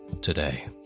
today